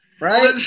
right